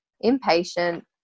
impatient